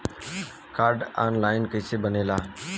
Card online कइसे बनेला?